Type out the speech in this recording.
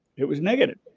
it was negative.